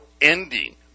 ending